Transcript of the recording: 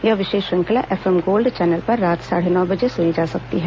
यह विशेष श्रंखला एफएम गोल्ड चैनल पर रात साढे नौ बजे से सुनी जा सकती है